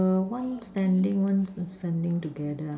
the one standing one standing together ah